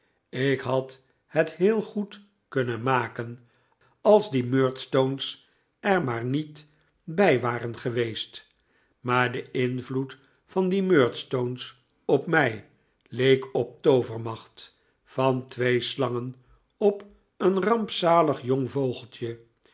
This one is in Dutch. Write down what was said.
ik had het heel goed kunnen maken als die murdstone's er maar niet bij waren geweest maar de invloed van die murdstone's op mij leek op de toovermacht van twee slangen op een rampzalig jong vogeltje